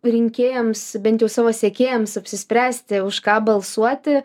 rinkėjams bent jau savo sekėjams apsispręsti už ką balsuoti